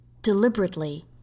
Deliberately